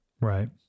Right